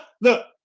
Look